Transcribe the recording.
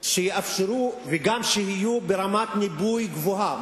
שיאפשרו וגם שיהיו ברמת ניבוי גבוהה.